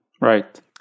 Right